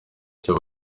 icyo